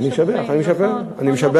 אני משבח, אני משבח.